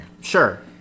sure